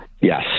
Yes